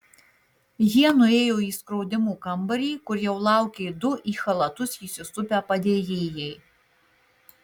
jie nuėjo į skrodimų kambarį kur jau laukė du į chalatus įsisupę padėjėjai